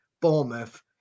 Bournemouth